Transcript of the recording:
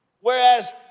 whereas